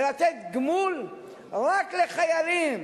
ולתת גמול רק לחיילים